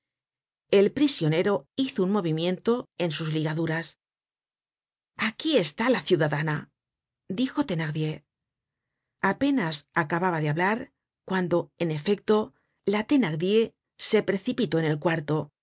el prisionero hizo un movimiento en sus ligaduras aquí está la ciudadana dijo thenardier apenas acababa de hablar cuando en efecto la thenardier se precipitó en el cuarto